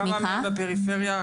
כמה בפריפריה?